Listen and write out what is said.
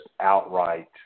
outright